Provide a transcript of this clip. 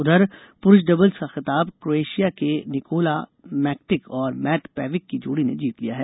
उधर पुरुष डबल्स का खिताब क्रोएशिया के निकोला मैक्टिक और मेट पेविक की जोड़ी ने जीत लिया है